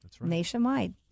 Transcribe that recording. nationwide